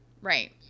right